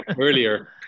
earlier